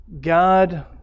God